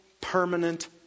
permanent